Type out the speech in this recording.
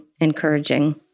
encouraging